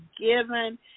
Given